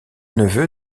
neveu